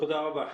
תודה רבה.